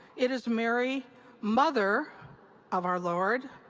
it is mary mother of our lord.